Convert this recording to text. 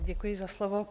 Děkuji za slovo.